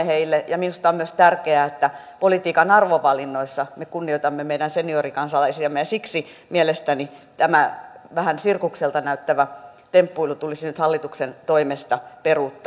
minusta on myös tärkeää että politiikan arvovalinnoissa me kunnioitamme meidän seniorikansalaisiamme ja siksi mielestäni tämä vähän sirkukselta näyttävä temppuilu tulisi nyt hallituksen toimesta peruuttaa